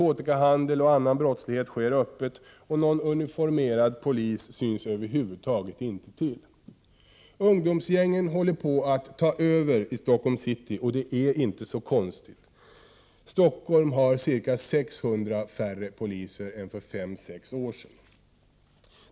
1988/89:51 brottslighet sker öppet, och någon uniformerad polis syns över huvud taget 17 januari 1989 inte till. Ungdomsgängen håller på att ta över i Stockholms city, och det är ju inte så konstigt. Stockholm har ca 600 poliser färre än för fem sex år sedan.